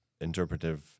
interpretive